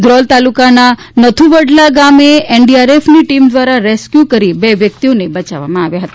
ધ્રોલ તાલુકાના નથુવડલા ગામ એનડીઆરએફ ની ટીમ દ્વારા રેસ્ક્વ્યું કરી બે વ્યક્તિઓને બચાવવામાં આવ્યા હતા